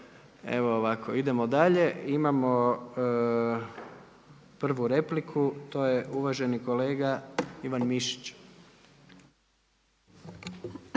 idemo dalje. Imamo prvu repliku. To je uvaženi kolega Ivan Mišić.